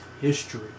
history